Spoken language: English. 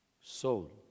soul